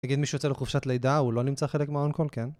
אגיד מי שיוצא לחופשת לידה, הוא לא נמצא חלק מה- on-call, כן?